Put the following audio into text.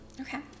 Okay